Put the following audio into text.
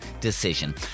decision